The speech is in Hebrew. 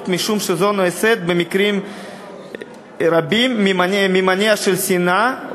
משום שזו נעשית במקרים רבים ממניע של שנאה,